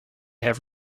have